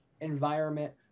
environment